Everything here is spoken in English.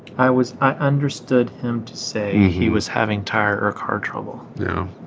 i was i understood him to say he was having tire or car trouble yeah hmm